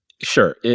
Sure